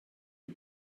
you